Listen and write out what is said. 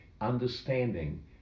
understanding